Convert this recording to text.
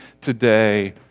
today